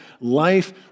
life